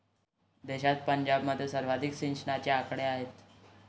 देशात पंजाबमध्ये सर्वाधिक सिंचनाचे आकडे आहेत